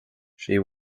she